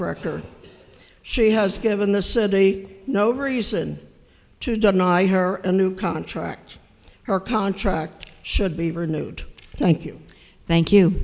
record she has given the city no reason to deny her a new contract her contract should be renewed thank you thank you